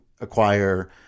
acquire